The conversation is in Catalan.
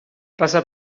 passa